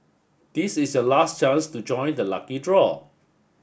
this is your last chance to join the lucky draw